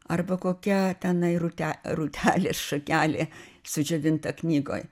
arba kokia tenai rūte rūtelės šakelė sudžiovinta knygoj